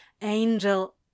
Angel